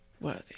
worthy